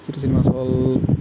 city cinema hall